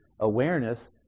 awareness